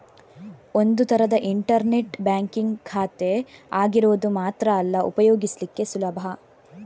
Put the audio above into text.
ಒಂದು ತರದ internet banking ಖಾತೆ ಆಗಿರೋದು ಮಾತ್ರ ಅಲ್ಲ ಉಪಯೋಗಿಸ್ಲಿಕ್ಕೆ ಸುಲಭ